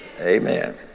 Amen